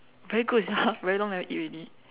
very good sia very long never eat already